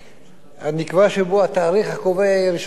ונקבע בו שהתאריך הקובע יהיה 1